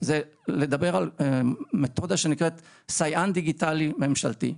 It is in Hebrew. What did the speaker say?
זה לדבר על מתודה שנקראת "סייען דיגיטלי ממשלתי".